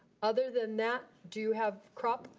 other than that, do you have crop?